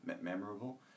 memorable